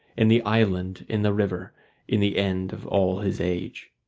in the island in the river in the end of all his age.